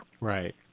Right